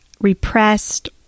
repressed